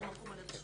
ולהתפרנס